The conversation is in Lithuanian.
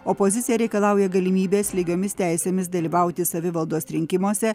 opozicija reikalauja galimybės lygiomis teisėmis dalyvauti savivaldos rinkimuose